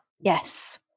Yes